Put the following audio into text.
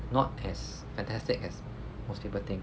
not as fantastic as most people think